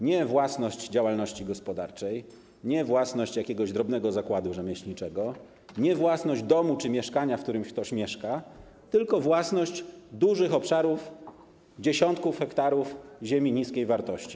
Nie własność działalności gospodarczej, nie własność jakiegoś drobnego zakładu rzemieślniczego, nie własność domu czy mieszkania, w którym ktoś mieszka, tylko własność dużych obszarów, dziesiątków hektarów ziemi o niskiej wartości.